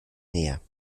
näher